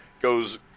goes